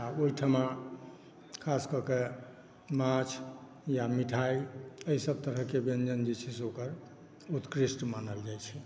आओर ओहिठमा खास कए के माँछ या मिठाइ एहिसभ तरहके व्यञ्जन जे छै ओकरा उत्कृष्ट मानल जाइत छै